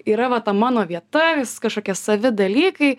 yra va ta mano vieta kažkokie savi dalykai